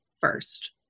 first